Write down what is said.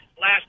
last